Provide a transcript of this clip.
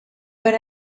but